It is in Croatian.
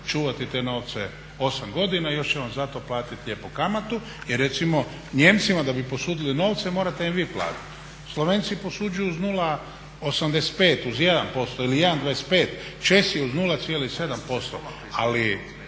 čuvati te novce 8 godina i još će vam za to platiti lijepo kamatu. Jer recimo Nijemcima da bi posudili novce morate im vi platiti. Slovenci posuđuju uz 0,85, uz jedan posto ili 1,25, Česi od 0,7%. Ali